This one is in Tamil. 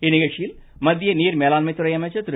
இந்நிகழ்ச்சியில் மத்திய நீர் மேலாண்மைத் துறை அமைச்சர் திரு